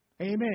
Amen